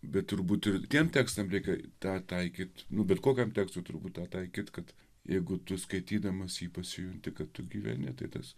bet turbūt ir tiem tekstams reikia tą taikyt nu bet kokiam tekstui turbūt tą taikyt kad jeigu tu skaitydamas pasijunti kad tu gyveni tai tas